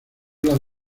las